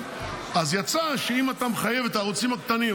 יצא שאם אתה מחייב את הערוצים הקטנים,